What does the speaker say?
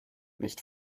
nicht